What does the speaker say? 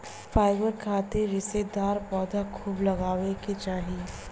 fibre खातिर रेशेदार पौधा खूब लगावे के चाही